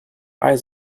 eyes